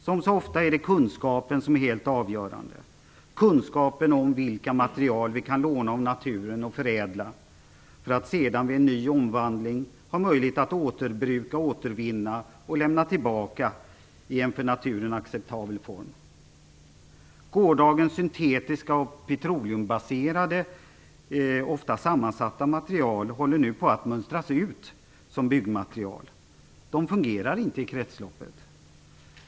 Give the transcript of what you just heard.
Som så ofta är det kunskapen som är helt avgörande, kunskapen om vilka material vi kan låna av naturen och förädla för att sedan vid ny omvandling ha möjlighet att återbruka, återvinna och lämna tillbaka det förbrukade i en acceptabel form. Gårdagens syntetiska, petroleumbaserade och ofta sammansatta material håller nu på att mönstras ut som byggmaterial. De fungerar inte i kretsloppet.